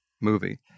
movie